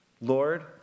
Lord